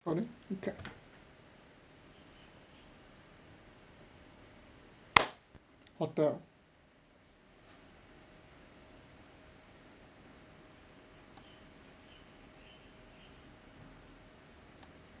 okay hotel